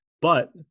but-